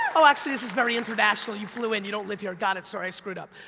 oh actually this is very international, you flew in, you don't live here, got it, sorry, i screwed up.